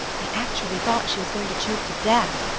i actually thought she was going to choke to death.